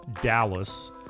Dallas